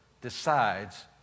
decides